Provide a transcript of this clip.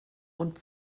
und